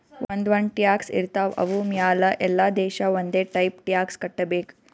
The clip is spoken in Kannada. ಒಂದ್ ಒಂದ್ ಟ್ಯಾಕ್ಸ್ ಇರ್ತಾವ್ ಅವು ಮ್ಯಾಲ ಎಲ್ಲಾ ದೇಶ ಒಂದೆ ಟೈಪ್ ಟ್ಯಾಕ್ಸ್ ಕಟ್ಟಬೇಕ್